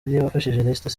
leicester